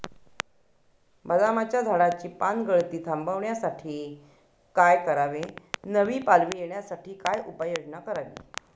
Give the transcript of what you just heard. बदामाच्या झाडाची पानगळती थांबवण्यासाठी काय करावे? नवी पालवी येण्यासाठी काय उपाययोजना करावी?